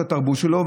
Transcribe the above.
התרבות שלו,